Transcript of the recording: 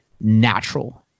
natural